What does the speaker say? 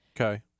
okay